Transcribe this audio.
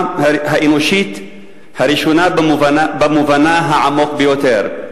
האנושית הראשונה במובנה העמוק ביותר.